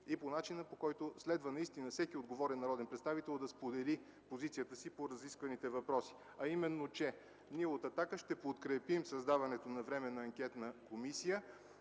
и по начина, по който следва наистина всеки отговорен народен представител да сподели позицията си по разискваните въпроси – от „Атака” ще подкрепим създаването на временна анкетна комисия,